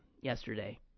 yesterday